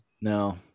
No